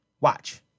Watch